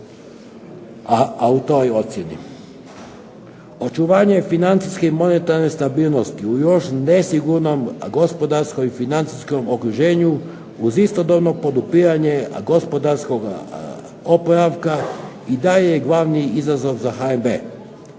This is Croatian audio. a u toj ocjeni. Očuvanje financijske i monetarne stabilnosti u još nesigurnoj gospodarskoj i financijskom okruženju uz istodobno podupiranje gospodarskog oporavka i taj je glavni izazov za HNB.